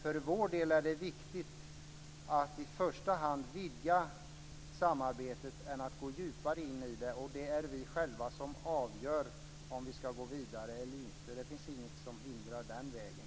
För vår del är det viktigare att i första hand vidga samarbetet än att gå djupare in i det, och det är vi själva som avgör om vi ska gå vidare eller inte. Det finns inget som hindrar den vägen.